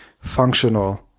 functional